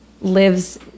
lives